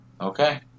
Okay